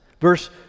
Verse